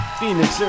Phoenix